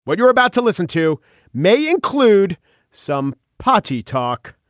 what you're about to listen to may include some party talk.